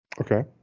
okay